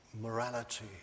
morality